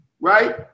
Right